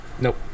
nope